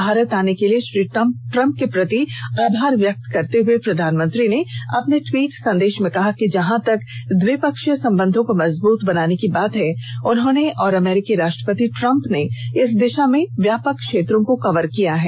भारत आने के लिए श्री ट्रम्प के प्रति आभार व्यक्त करते हुए प्रधानमंत्री नरेंद्र मोदी ने अपने ट्वीट संदेश में कहा कि जहां तक द्विपक्षीय संबंधों को मजबूत बनाने की बात है उन्होंने और अमरीकी राष्ट्रपति ट्रम्प ने इस दिशा में व्यापक क्षेत्रों को कवर किया है